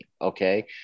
okay